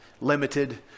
limited